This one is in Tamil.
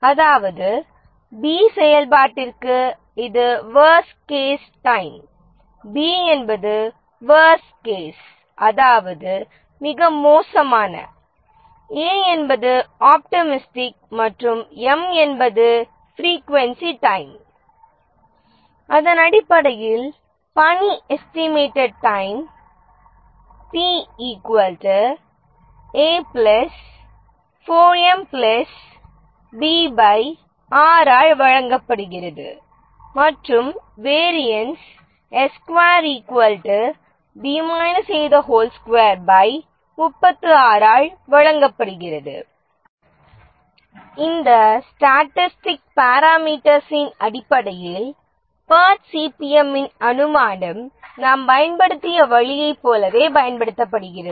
அதாவது b செயல்பாட்டிற்கு இது ஒர்ஸ்ட் கேஸ் டைம் b என்பது ஒர்ஸ்ட் கேஸ் மிக மோசமான a என்பது ஆப்டிமிஸ்டிக் மற்றும் m என்பது ஃப்ரீகுவன்ட் டைம் அதன் அடிப்படையில் பணி எஸ்டிமேட் டைம் ஆல் வழங்கப்படுகிறது மற்றும் வேரியன்ஸ் ஆல் வழங்கப்படுகிறது இந்த ஸ்டாட்டிஸ்டிக் பரமேட்டர்ஸின் அடிப்படையில் பேர்ட் சிபிமின் அனுமானம் நாம் பயன்படுத்திய வழியைப் போலவே பயன்படுத்தப்படுகிறது